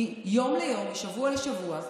מיום ליום ומשבוע לשבוע,